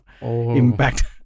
Impact